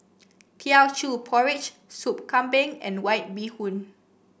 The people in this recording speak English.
Teochew Porridge Soup Kambing and White Bee Hoon